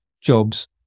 jobs